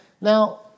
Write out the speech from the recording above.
Now